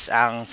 ang